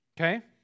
Okay